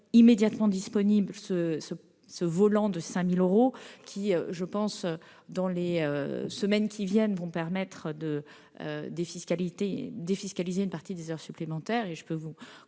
immédiatement rendu disponible ce volant de 5 000 euros qui permettra, dans les semaines qui viennent, de défiscaliser une partie des heures supplémentaires. Je peux vous